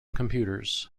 computers